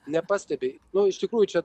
nepastebi nu iš tikrųjų čia